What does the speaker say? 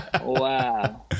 wow